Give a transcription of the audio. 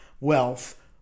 Wealth